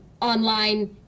online